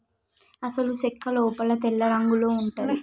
అసలు సెక్క లోపల తెల్లరంగులో ఉంటది